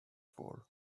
for